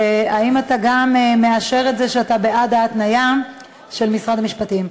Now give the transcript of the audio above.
האם גם אתה מאשר את זה שאתה בעד ההתניה של משרד המשפטים?